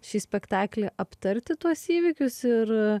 šį spektaklį aptarti tuos įvykius ir